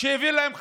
שיביא להם חשמל,